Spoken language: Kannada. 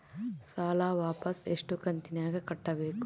ಸಾಲ ವಾಪಸ್ ಎಷ್ಟು ಕಂತಿನ್ಯಾಗ ಕಟ್ಟಬೇಕು?